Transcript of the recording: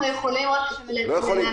נכון,